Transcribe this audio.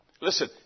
Listen